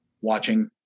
watching